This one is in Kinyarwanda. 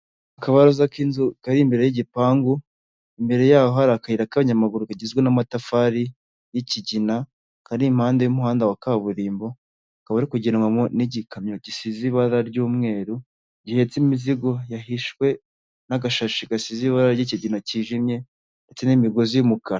Akabaraza k'inzu kari imbere y'igipangu, imbere yaho hari akayira k'abayamaguru kagizwe n'amatafari y'ikigina karimpande y'umuhanda wa kaburimbo. Akaba ari kugenderwamo n'igikamyo gisize ibara ry'umweru gihetse imizigo yahishwe n'agashashi gasize ibara ry'ikigina kijimye, ndetse n'imigozi y'umukara.